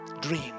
dream